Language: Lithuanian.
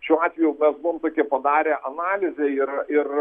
šiuo atveju mes buvom tokią padarę analizę ir ir